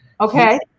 Okay